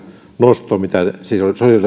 nostoon mitä sosiaalidemokraatit